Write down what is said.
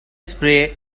spray